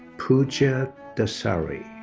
pooja dasari.